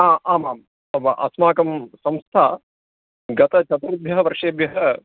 आ आम् आम् अस्माकं संस्था गत चतुर्भ्यः वर्षेभ्यः